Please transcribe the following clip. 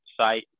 site